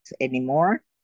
anymore